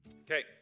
Okay